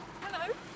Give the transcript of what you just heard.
Hello